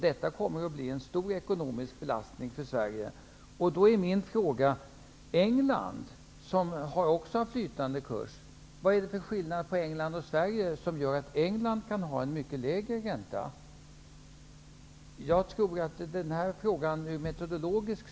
Detta kommer att bli en stor ekonomisk belastning för Vad är det för skillnad på England och Sverige som gör att man i England kan ha en mycket lägre ränta? England har ju också flytande växelkurs.